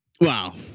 Wow